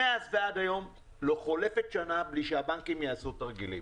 מאז ועד היום לא חולפת שנה בלי שהבנקים יעשו תרגילים.